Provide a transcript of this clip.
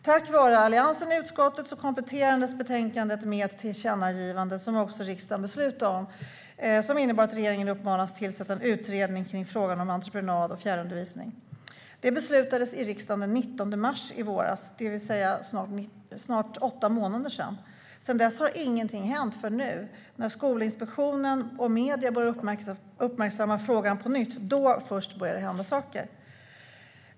Tack vare Alliansens ledamöter i utskottet kompletterades betänkandet med ett tillkännagivande, som också riksdagen beslutade om, innebärande att regeringen uppmanades att tillsätta en utredning kring frågan om entreprenad för fjärrundervisning. Beslut fattades i riksdagen den 19 mars i våras, det vill säga för snart åtta månader sedan. Sedan dess har ingenting hänt förrän nu. Först när Skolinspektionen och medier börjar uppmärksamma frågan på nytt börjar det hända saker.